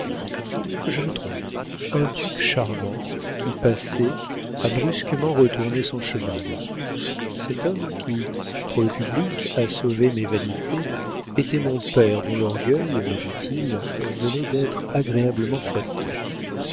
je me trompe un duc charmant qui passait a brusquement retourné son cheval cet homme qui pour le public a sauvé mes vanités était mon père dont l'orgueil me dit-il venait d'être agréablement flatté